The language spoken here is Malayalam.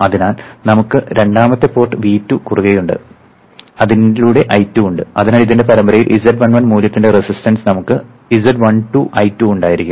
അതിനാൽ നമുക്ക് രണ്ടാമത്തെ പോർട്ട് V2 കുറുകെയുണ്ട് അതിലൂടെ I2 ഉണ്ട് അതിനാൽ ഇതിന്റെ പരമ്പരയിൽ z11 മൂല്യത്തിന്റെ റെസിസ്റ്റൻസ് നമുക്ക് z12 I2 ഉണ്ടായിരിക്കും